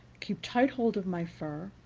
keep tight hold of my fur,